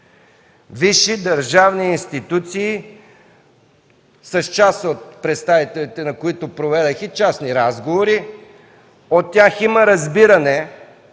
висши държавни институции, с част от представителите на които проведох и частни разговори. От тях има разбиране